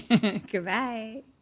Goodbye